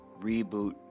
reboot